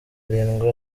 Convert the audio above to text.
arindwi